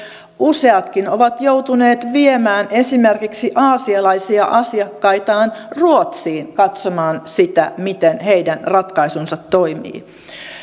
useatkin ovat joutuneet viemään esimerkiksi aasialaisia asiakkaitaan ruotsiin katsomaan sitä miten heidän ratkaisunsa toimivat